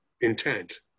intent